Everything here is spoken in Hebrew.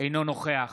אינו נוכח